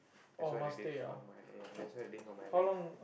that's what they did for my ya that's what they did for my leg